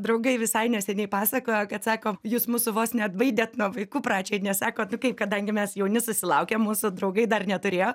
draugai visai neseniai pasakojo kad sako jūs mūsų vos neatbaidėt nuo vaikų pradžioj nes sako nu kaip kaip kadangi mes jauni susilaukėm mūsų draugai dar neturėjo